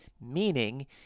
meaning